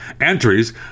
Entries